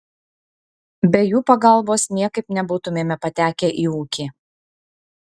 be jų pagalbos niekaip nebūtumėme patekę į ūkį